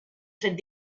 fet